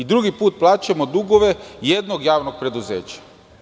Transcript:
Drugi put plaćamo dugove jednog javnog preduzeća.